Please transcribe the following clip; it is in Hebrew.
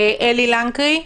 אלי לנקרי,